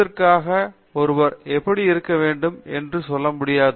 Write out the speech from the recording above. பேராசிரியர் அரிந்தமா சிங் கணிதத்திற்காக ஒருவர் இப்படி இருக்க வேண்டும் என்று சொல்ல முடியாது